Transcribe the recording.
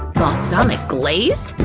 balsamic glaze?